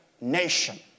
nation